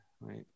right